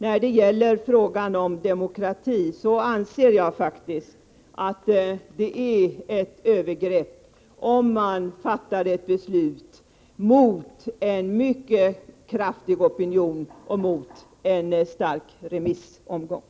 När det gäller demokrati anser jag att det är ett övergrepp om riksdagen fattar ett beslut mot en mycket kraftig opinion och mot starka remissinstanser.